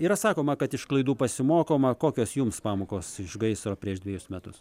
yra sakoma kad iš klaidų pasimokoma kokios jums pamokos iš gaisro prieš dvejus metus